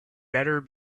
better